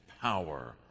power